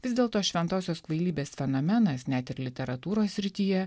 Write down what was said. vis dėlto šventosios kvailybės fenomenas net ir literatūros srityje